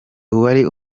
wari